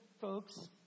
folks